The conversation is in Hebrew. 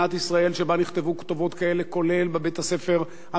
כולל בבית-הספר המשותף בירושלים.